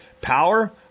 Power